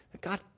God